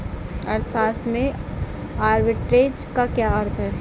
अर्थशास्त्र में आर्बिट्रेज का क्या अर्थ है?